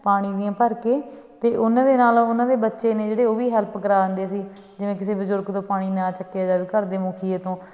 ਪਾਣੀ ਦੀਆਂ ਭਰ ਕੇ ਅਤੇ ਉਹਨਾਂ ਦੇ ਨਾਲ ਉਹਨਾਂ ਦੇ ਬੱਚੇ ਨੇ ਜਿਹੜੇ ਉਹ ਵੀ ਹੈਲਪ ਕਰਾ ਦਿੰਦੇ ਸੀ ਜਿਵੇਂ ਕਿਸੇ ਬਜ਼ੁਰਗ ਤੋਂ ਪਾਣੀ ਨਾ ਚੱਕਿਆ ਜਾਵੇ ਘਰ ਦੇ ਮੁਖੀਏ ਤੋਂ